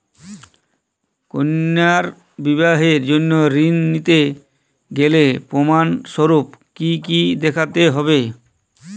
কন্যার বিবাহের জন্য ঋণ নিতে গেলে প্রমাণ স্বরূপ কী কী দেখাতে হবে?